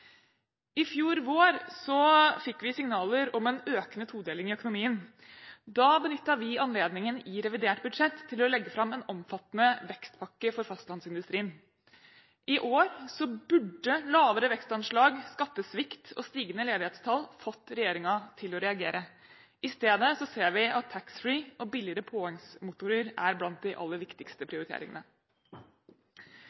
I fjor vår fikk vi signaler om en økende todeling i økonomien. Da benyttet vi anledningen i revidert budsjett til å legge fram en omfattende vekstpakke for fastlandsindustrien. I år burde lavere vekstanslag, skattesvikt og stigende ledighetstall fått regjeringen til å reagere. I stedet ser vi at taxfree og billigere påhengsmotorer er blant de aller viktigste